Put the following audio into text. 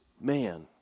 man